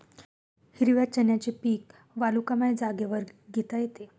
हिरव्या चण्याचे पीक वालुकामय जागेवर घेता येते